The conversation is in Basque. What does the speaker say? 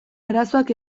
arazoak